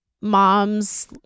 moms